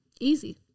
Easy